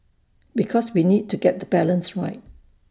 because we need to get the balance right